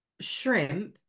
shrimp